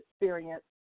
experience